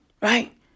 Right